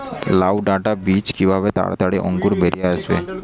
লাউ ডাটা বীজ কিভাবে তাড়াতাড়ি অঙ্কুর বেরিয়ে আসবে?